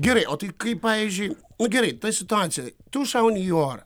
gerai o tai kaip pavyzdžiui gerai toj situacijoj tu šauni į orą